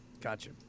Gotcha